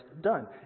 done